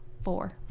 four